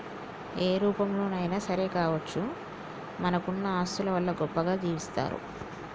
ఏ రూపంలోనైనా సరే కావచ్చు మనకున్న ఆస్తుల వల్ల గొప్పగా జీవిస్తరు